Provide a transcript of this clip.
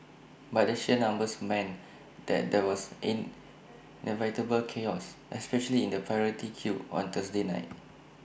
but the sheer numbers meant that there was inevitable chaos especially in the priority queue on Thursday night